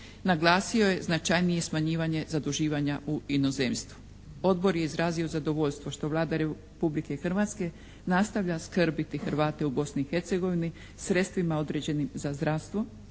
Naglasio je značajnije smanjivanje zaduživanja u inozemstvu. Odbor je izrazio zadovoljstvo što Vlada Republike Hrvatske nastavlja skrbiti Hrvate u Bosni i Hercegovini sredstvima određenim za zdravstvo,